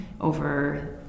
over